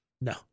No